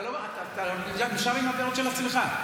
אתה נשאר עם הדעות של עצמך.